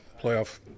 playoff